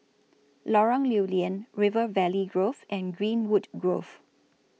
Lorong Lew Lian River Valley Grove and Greenwood Grove